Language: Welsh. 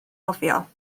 nofio